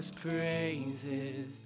praises